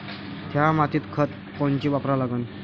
थ्या मातीत खतं कोनचे वापरा लागन?